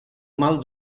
mal